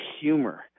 humor